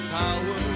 power